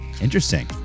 Interesting